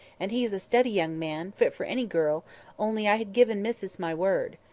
and he's a steady young man, fit for any girl only i had given missus my word.